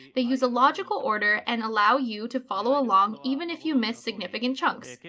they use a logical order and allow you to follow along even if you miss significant chunks.